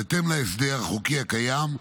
בהתאם להסדר החוקי הקיים,